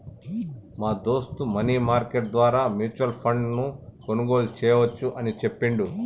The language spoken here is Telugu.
మా దోస్త్ మనీ మార్కెట్ ద్వారా మ్యూచువల్ ఫండ్ ను కొనుగోలు చేయవచ్చు అని చెప్పిండు